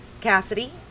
Cassidy